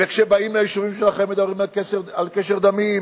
וכשבאים ליישובים שלכם מדברים על קשר דמים.